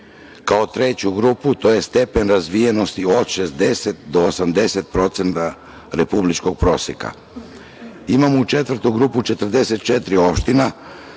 kao treću grupu to je stepen razvijenosti od 60 do 80% republičkog proseka. Imamo četvrtu grupu 44 opštine